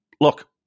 look